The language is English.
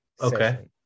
Okay